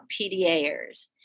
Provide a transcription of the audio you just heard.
PDAers